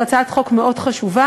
היא הצעת חוק מאוד חשובה.